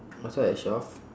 oh stop at twelve